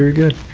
good.